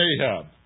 Ahab